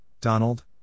Donald